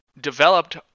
developed